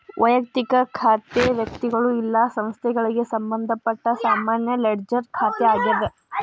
ವಯಕ್ತಿಕ ಖಾತೆ ವ್ಯಕ್ತಿಗಳು ಇಲ್ಲಾ ಸಂಸ್ಥೆಗಳಿಗೆ ಸಂಬಂಧಪಟ್ಟ ಸಾಮಾನ್ಯ ಲೆಡ್ಜರ್ ಖಾತೆ ಆಗ್ಯಾದ